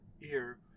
ear